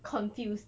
confused